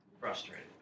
Frustrated